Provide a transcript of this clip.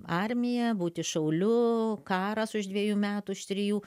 armija būti šauliu karas už dviejų metų už trijų